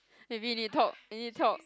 maybe leave talk I need talk